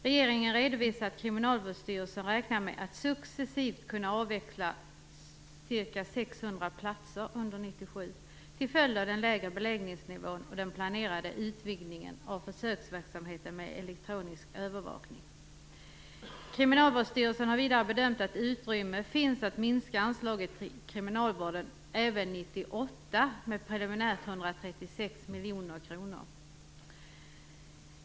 Regeringen redovisar att Kriminalvårdsstyrelsen räknar med att successivt kunna avveckla ca 600 platser under 1997 till följd av den lägre beläggningsnivån och den planerade utvidgningen av försöksverksamheten med elektronisk övervakning. Kriminalvårdsstyrelsen har vidare bedömt att utrymme finns för att minska anslaget till kriminalvården även 1998, preliminärt med 136 miljoner kronor.